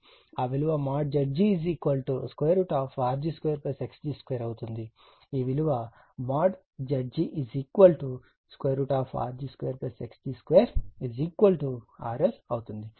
కానీ ఎప్పటికీ RL Rg గా ఉండకూడదు ఆ విలువ ZgRg2Xg2 అవుతుంది ఈ విలువ Zg Rg2xg2 RLఅవుతుంది